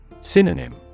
Synonym